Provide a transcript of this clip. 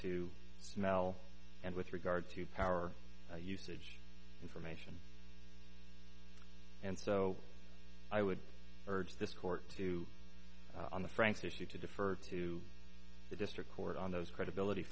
to smell and with regard to power usage information and so i would urge this court to on the frank issue to defer to the district court on those credibility